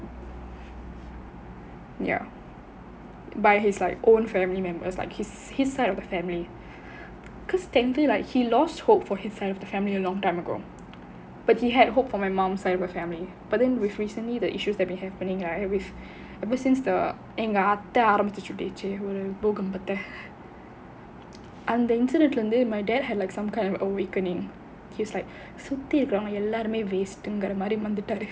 ya by his own family members like his his side of the family because technically like he lost hope for his side of the family a long time ago but he had hope for my mum side of family but then recently the issues that have been happening with ever since the எங்க அத்தை ஆரம்பிச்சு விட்டுச்சு ஒரு பூகம்பத்தை:enga athai arambichu vittuchu oru poogambathai my dad had like some kind of awakening சுத்தி இருக்குறவங்க எல்லாருமே:suthi irukkuravanga ellaarumae waste ங்குற மாதிரி வந்துட்டாரு:ngura maathiri vanthuttaaru